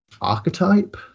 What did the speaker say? archetype